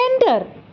tender